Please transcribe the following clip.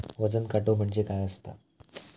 वजन काटो म्हणजे काय असता?